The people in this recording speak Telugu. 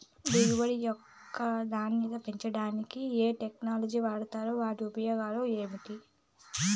దిగుబడి యొక్క నాణ్యత పెంచడానికి ఏ టెక్నిక్స్ వాడుతారు వాటి ఉపయోగాలు ఏమిటి?